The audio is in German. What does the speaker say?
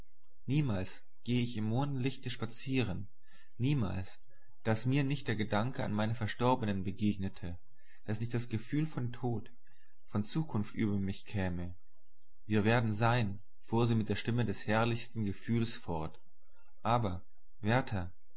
niemals gehe ich im mondenlichte spazieren niemals daß mir nicht der gedanke an meine verstorbenen begegnete daß nicht das gefühl von tod von zukunft über mich käme wir werden sein fuhr sie mit der stimme des herrlichsten gefühls fort aber